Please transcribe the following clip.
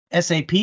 SAP